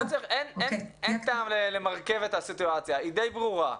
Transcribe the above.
הסיטואציה ברורה: